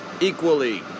equally